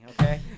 Okay